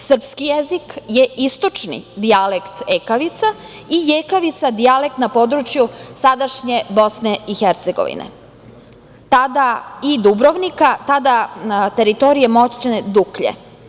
Srpski jezik je istočni dijalekte ekavica i jekavica – dijalekt na području sadašnje BiH, tada i Dubrovnika, na teritoriji moćne Duklje.